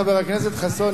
חבר הכנסת חסון,